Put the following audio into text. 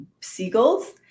seagulls